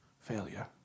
failure